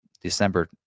december